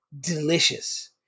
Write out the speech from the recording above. delicious